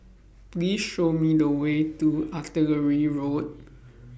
Please Show Me The Way to Artillery Road